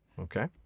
Okay